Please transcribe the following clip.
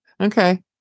Okay